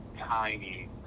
tiny